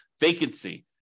vacancy